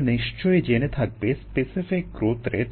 তোমরা নিশ্চয়ই জেনে থাকবে স্পেসিফিক গ্রোথ রেট